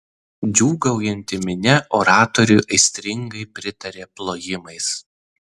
džiūgaujanti minia oratoriui aistringai pritarė plojimais